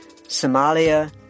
Somalia